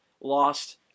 lost